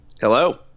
Hello